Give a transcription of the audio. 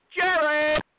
Jerry